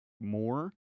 more